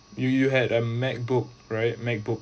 you you had a macbook right macbook